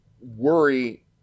worry